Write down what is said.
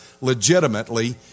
legitimately